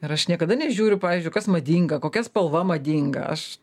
ir aš niekada nežiūriu pavyzdžiui kas madinga kokia spalva madinga aš